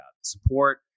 Support